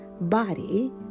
body